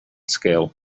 scale